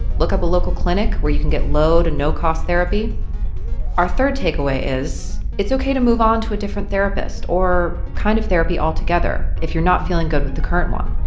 look up a local clinic where you can get low and no-cost therapy our third takeaway is, it's ok to move on to a different therapist or kind of therapy altogether if you're not feeling good with the current one.